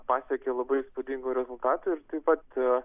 pasiekė labai įspūdingų rezultatų ir taip a